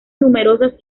numerosas